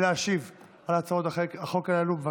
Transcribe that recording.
הצעת חוק הביטוח הלאומי (תיקון,